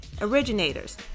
originators